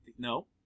No